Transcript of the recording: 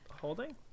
holding